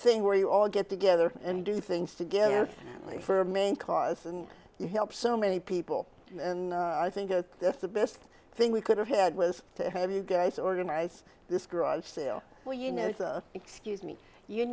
thing where you all get together and do things together for main cause and you help so many people i think that's the best thing we could have had was to have you guys organize this garage sale where you know excuse me you